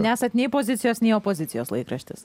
nesant nei pozicijos nei opozicijos laikraštis